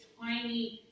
tiny